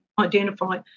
identify